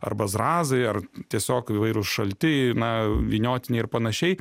arba zrazai ar tiesiog įvairūs šalti na vyniotiniai ir panašiai